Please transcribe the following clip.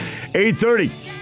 8.30